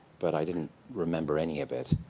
but i didn't remember any of it.